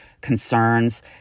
concerns